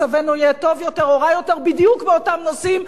מצבנו יהיה טוב יותר או רע יותר בדיוק באותם נושאים?